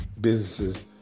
businesses